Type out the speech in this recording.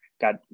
got